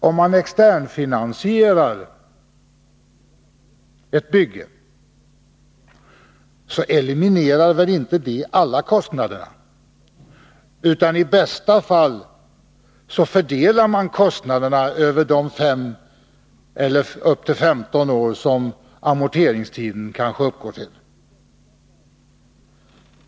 Om man externfinansierar ett bygge eliminerar väl inte det alla kostnaderna, utan i bästa fall fördelar man kostnaderna över de 5 eller upp till 15 år som amorteringstiden kanske uppgår till.